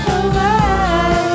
away